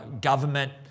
government